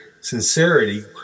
Sincerity